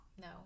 no